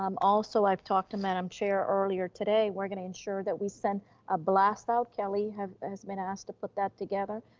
um also i've talked to madam chair earlier today. we're gonna ensure that we send a blast out, kelly has been asked to put that together,